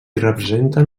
representen